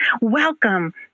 Welcome